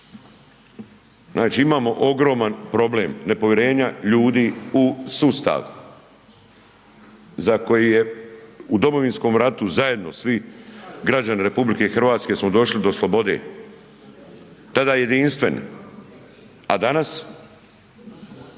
Znači imamo ogroman problem nepovjerenja ljudi u sustav za koji je u Domovinskom ratu zajedno svi građani RH smo došli do slobode, tada jedinstveni, a danas.